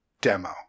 demo